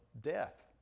death